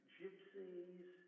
gypsies